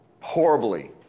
Horribly